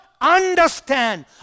understand